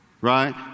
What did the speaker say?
right